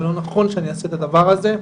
לא נכון שאני יעשה את הדבר הזה,